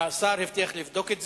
השר הבטיח לבדוק את זה,